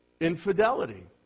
infidelity